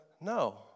No